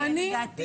3,000 מחשבים.